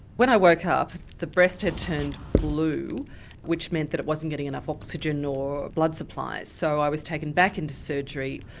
when i woke up the breast had turned blue which meant that it wasn't getting enough oxygen or blood supply so i was taken back into surgery.